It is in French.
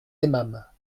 aimâmes